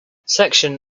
section